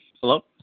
Hello